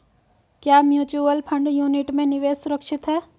क्या mutual fund unit में निवेश सुरक्षित है?